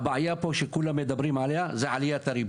הבעיה פה שכולם מדברים עליה זה עליית הריבית,